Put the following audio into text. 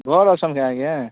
ଭଲ ଅଛନ୍ କାଏଁ ଆଜ୍ଞା